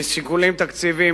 משיקולים תקציביים,